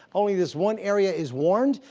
only this one area is warned.